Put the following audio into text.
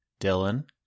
Dylan